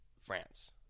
France